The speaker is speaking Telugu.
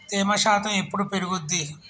తేమ శాతం ఎప్పుడు పెరుగుద్ది?